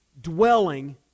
dwelling